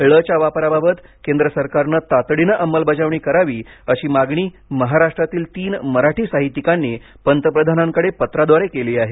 ळ च्या वापराबाबत केंद्र सरकारने तातडीने अंमलबजावणी करावी अशी मागणी महाराष्ट्रातील तीन मराठी साहित्यिकांनी पंतप्रधानांकडे पत्राद्वारे केली आहे